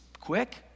quick